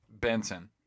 Benson